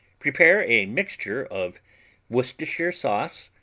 prepare a mixture of worcestershire sauce,